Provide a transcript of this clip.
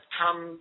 come